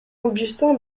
augustin